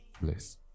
bless